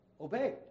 obeyed